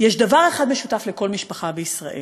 יש דבר אחד משותף לכל משפחה בישראל,